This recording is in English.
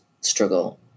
struggle